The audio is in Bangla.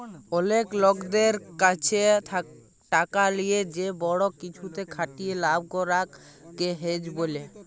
অলেক লকদের ক্যাছে টাকা লিয়ে যে বড় কিছুতে খাটিয়ে লাভ করাক কে হেজ ব্যলে